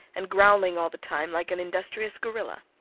and growling all the time like an industrious gorilla.